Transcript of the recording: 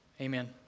Amen